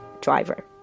driver